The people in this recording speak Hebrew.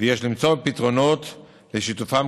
ויש למצוא פתרונות לשיתופם,